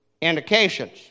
indications